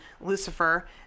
Lucifer